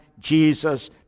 Jesus